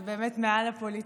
זה באמת מעל הפוליטיקה.